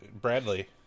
Bradley